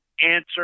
answer